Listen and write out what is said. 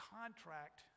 contract